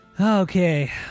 Okay